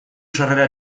sarrera